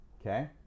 Okay